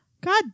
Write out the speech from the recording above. God